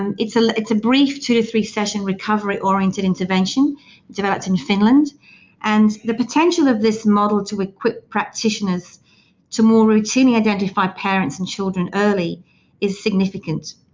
and it's ah it's a brief two or three session recovery-oriented intervention developed in finland and the potential of this model to equip practitioners to more routinely identify parents and children early is significant.